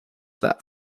that